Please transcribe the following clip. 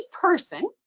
person